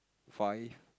five